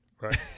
Right